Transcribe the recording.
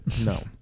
No